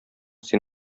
син